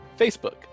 Facebook